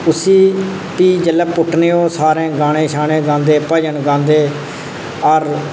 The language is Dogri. उसी भी जेल्लै पुट्टने ते ओह् सारे गाने शाने गांदे भजन गांदे हर